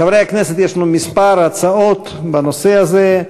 חברי הכנסת, יש לנו כמה הצעות בנושא הזה.